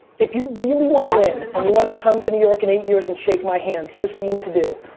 if you really wanna win and you wanna come to new york in eight years, and shake my hand, here's what you need to do.